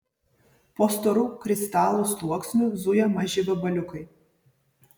po storu kristalų sluoksniu zuja maži vabaliukai